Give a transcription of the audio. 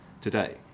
today